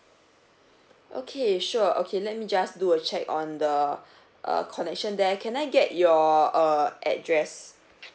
okay sure okay let me just do a check on the uh connection there can I get your uh address